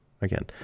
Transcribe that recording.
again